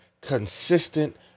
consistent